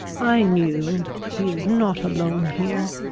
i knew he is not alone here.